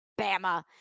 Bama